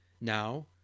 Now